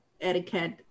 etiquette